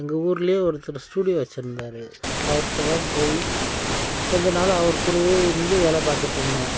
எங்கள் ஊரிலேயே ஒருத்தர் ஸ்டூடியோ வச்சு இருந்தார் அவருகிட்ட தான் போய் கொஞ்ச நாள் அவர்க்கூடயே இருந்து வேலை பார்த்துட்டு இருந்தேன்